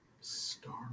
Star